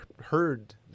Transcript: heard